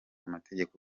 amategeko